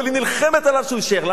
אבל נלחמת עליו שהוא יישאר.